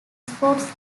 sports